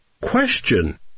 Question